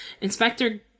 Inspector